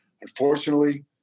unfortunately